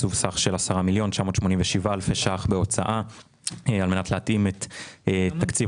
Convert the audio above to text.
תקצוב סך של 10,987,000 ₪ בהוצאה על מנת להתאים את תקציב